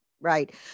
Right